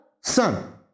son